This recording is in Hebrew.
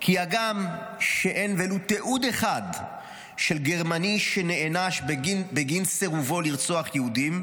כי הגם שאין ולו תיעוד אחד של גרמני שנענש בגין סירובו לרצוח יהודים,